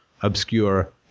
obscure